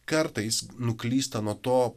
kartais nuklysta nuo to